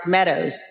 Meadows